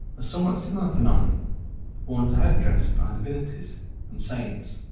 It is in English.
a somewhat similar phenomenon worn as a head-dress by divinities and saints.